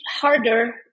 harder